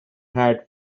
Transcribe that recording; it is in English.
had